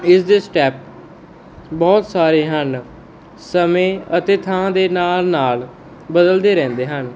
ਇਸ ਦੇ ਸਟੈਪ ਬਹੁਤ ਸਾਰੇ ਹਨ ਸਮੇਂ ਅਤੇ ਥਾਂ ਦੇ ਨਾਲ ਨਾਲ ਬਦਲਦੇ ਰਹਿੰਦੇ ਹਨ